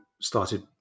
started